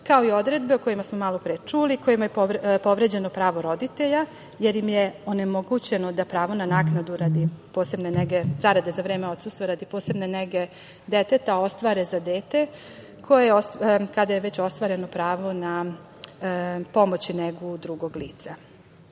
kao i odredbe o kojima smo malopre čuli, kojima je povređeno pravo roditelja jer im je onemogućeno pravo na naknadu zarade za vreme odsustva radi posebne nege deteta ostvare za dete, koje kada je već ostvareno pravo na pomoć i negu drugog